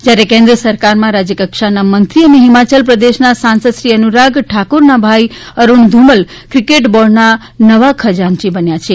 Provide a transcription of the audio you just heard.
જ્યારે કેન્દ્ર સરકારમાં રાજ્ય કક્ષાના મંત્રી અને હિમાચલ પ્રદેશના સાંસદ શ્રી અનુરાગ ઠાકુરના ભાઇ અરૂણ ધુમલ ક્રિકેટ બોર્ડના નવા ખજાનચી બન્યા છે